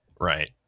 Right